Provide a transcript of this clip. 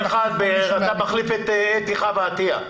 מחליף את אתי חוה עטיה.